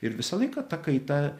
ir visą laiką ta kaita